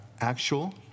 actual